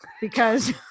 because-